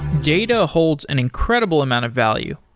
data holds an incredible amount of value,